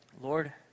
Lord